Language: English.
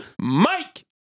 Mike